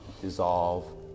dissolve